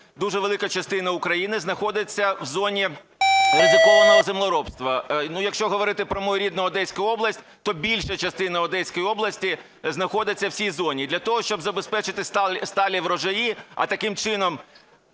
дуже велика частина України знаходиться в зоні ризикованого землеробства. Якщо говорити про мою рідну Одеську область, то більша частина Одеської області знаходиться в цій зоні. І для того, щоб забезпечити сталі врожаї, а таким чином